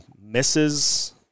misses